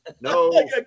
No